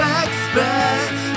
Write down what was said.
expect